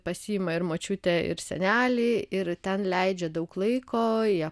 pasiima ir močiutę ir senelė ir ten leidžia daug laiko jie